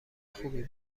خوبی